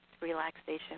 relaxation